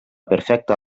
perfecta